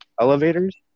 elevators